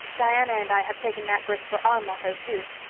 diana and i have taken that verse for our motto too.